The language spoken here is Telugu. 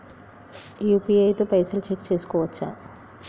యూ.పీ.ఐ తో పైసల్ చెక్ చేసుకోవచ్చా?